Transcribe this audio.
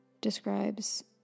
describes